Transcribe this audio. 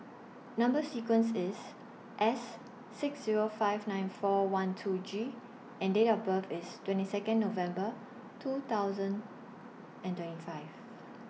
Number sequence IS S six Zero five nine four one two G and Date of birth IS twenty Second November two thousand and twenty five